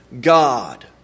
God